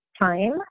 time